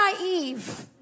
naive